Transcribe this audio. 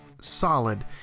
solid